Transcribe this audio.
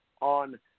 on